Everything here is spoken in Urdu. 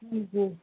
جی